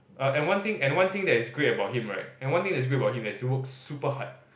err and one thing and one thing that's great about him right and one thing that's great about him is that he works super hard